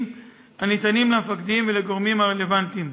הניתנים למפקדים ולגורמים הרלוונטיים.